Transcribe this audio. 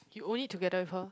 you own it together with her